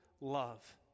love